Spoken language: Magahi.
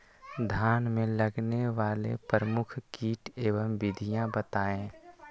धान में लगने वाले प्रमुख कीट एवं विधियां बताएं?